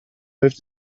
both